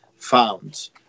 found